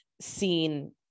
seen